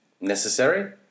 necessary